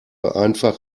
einfach